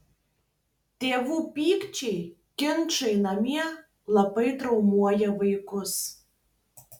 tėvų pykčiai ginčai namie labai traumuoja vaikus